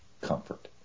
comfort